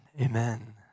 Amen